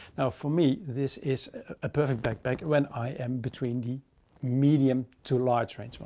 now for me, this is a perfect backpack, when i am between the medium to large range.